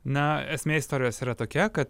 na esmė istorijos yra tokia kad